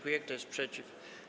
Kto jest przeciw?